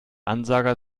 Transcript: ansager